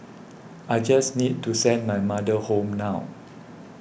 I just need to send my mother home now